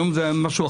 היום זה משהו אחר.